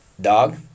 Dog